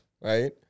right